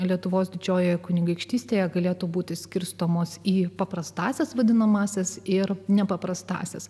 lietuvos didžiojoje kunigaikštystėje galėtų būti skirstomos į paprastąsias vadinamąsias ir nepaprastąsias